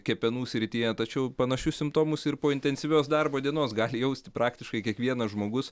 kepenų srityje tačiau panašius simptomus ir po intensyvios darbo dienos gali jausti praktiškai kiekvienas žmogus